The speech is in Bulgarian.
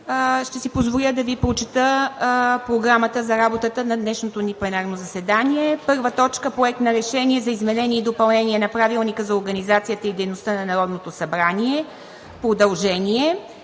ще си позволя да Ви прочета Програмата за работата на днешното ни пленарно заседание: „1. Проект на решение за изменение и допълнение на Правилника за организацията и дейността на Народното събрание – продължение.